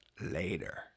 later